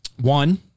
One